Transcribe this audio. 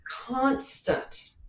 constant